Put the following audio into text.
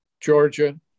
Georgia